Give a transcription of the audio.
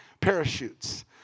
parachutes